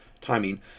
timing